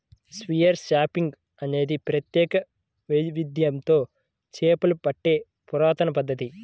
spear fishing అనేది ప్రత్యేక వైవిధ్యంతో చేపలు పట్టే పురాతన పద్ధతి